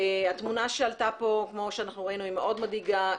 התמונה שעלתה פה היא מאוד מדאיגה.